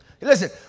Listen